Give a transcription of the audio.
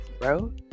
bro